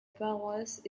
paroisse